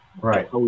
right